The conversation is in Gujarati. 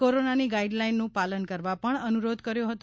કોરોનાની ગાઇડ લાઇનનું પાલન કરવા પણ અનુરોધ કર્યો હતો